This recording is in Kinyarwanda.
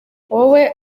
wowe